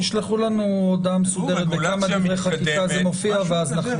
תשלחו לנו הודעה מסודרת באלו דברי חקיקה זה מופיע ואז נחליט.